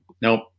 nope